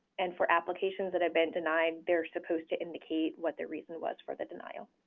and for applications that have been denied, they are supposed to indicate what the reason was for the denial.